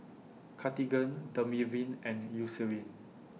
Cartigain Dermaveen and Eucerin